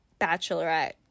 Bachelorette